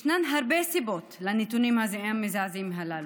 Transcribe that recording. ישנן הרבה סיבות לנתונים המזעזעים הללו.